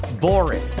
boring